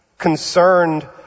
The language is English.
concerned